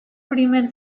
primer